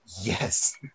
yes